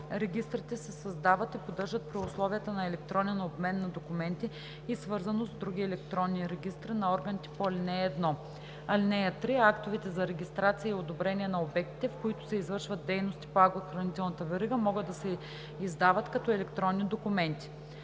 Регистрите се създават и поддържат при условията на електронен обмен на документи и свързаност с другите електронни регистри на органите по ал. 1. (3) Актовете за регистрация и одобрение на обектите, в които се извършват дейности по агрохранителната верига, могат да се издават като електронни документи.“